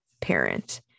parent